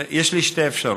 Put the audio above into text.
יש לי שתי אפשרויות: